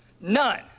None